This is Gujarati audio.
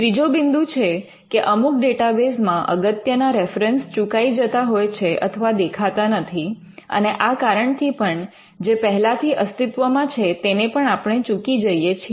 ત્રીજો બિંદુ છે કે અમુક ડેટાબેઝમાં અગત્યના રેફરન્સ ચૂકાઈ જતાં હોય છે અથવા દેખાતા નથી અને આ કારણથી પણ જે પહેલાથી અસ્તિત્વમાં છે તેને પણ આપણે ચૂકી જઈએ છીએ